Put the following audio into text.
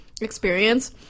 experience